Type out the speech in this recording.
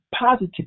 positive